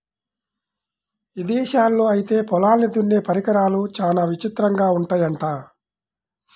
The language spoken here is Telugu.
ఇదేశాల్లో ఐతే పొలాల్ని దున్నే పరికరాలు చానా విచిత్రంగా ఉంటయ్యంట